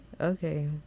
okay